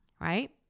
Right